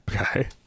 Okay